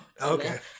Okay